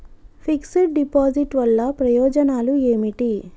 Fix డ్ deposit వల్ల ప్రయోజనాలు ఏమిటి?